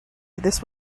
this